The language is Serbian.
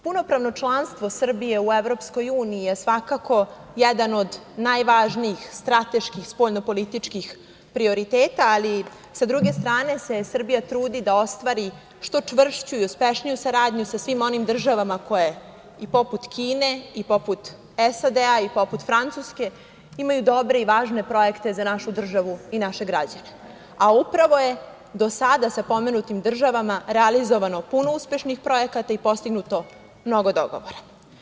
Punopravno članstvo Srbije u Evropskoj uniji svakako je jedan od najvažnijih strateških spoljnopolitičkih prioriteta, ali i sa druge strane se Srbija trudi da ostvari što čvršću i uspešniju saradnju sa svim onim državama koje, i poput Kine, i poput SAD i poput Francuske, imaju dobre i važne projekte za našu državu i naše građane, a upravo je do sada sa pomenutim državama realizovano puno uspešnih projekata i postignuto mnogo dogovora.